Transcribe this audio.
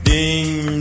Ding